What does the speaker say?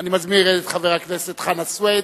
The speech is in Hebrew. אני מזמין את חבר הכנסת חנא סוייד,